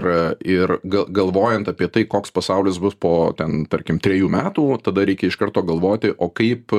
ir ir gal galvojant apie tai koks pasaulis bus po ten tarkim trijų metų tada reikia iš karto galvoti o kaip